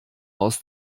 aus